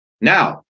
Now